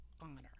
honor